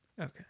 Okay